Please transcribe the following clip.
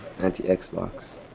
anti-Xbox